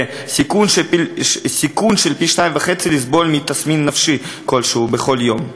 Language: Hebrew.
וסיכון של פי-2.5 לסבול מתסמין נפשי כלשהו בכל יום.